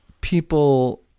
people